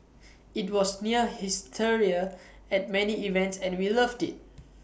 IT was near hysteria at many events and we loved IT